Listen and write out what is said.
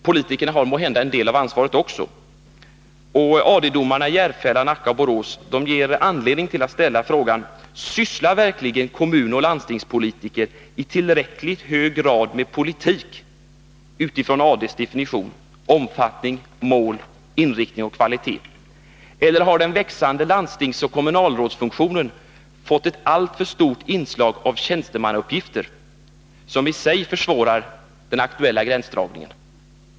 Politikerna har måhända också sin del av ansvaret. AD-domarna i Järfälla-, Nackaoch Boråsmålen ger kanske anledning att ställa frågan: Sysslar verkligen kommunoch landstingspolitiker i tillräckligt hög grad med politik utifrån AD:s definition, när det gäller omfattning, mål, inriktning och kvalitet? Eller har den växande landstingsoch kommunalrådsfunktionen fått ett alltför stort inslag av tjänstemannauppgifter, som i sig försvårar den aktuella gränsdragningen?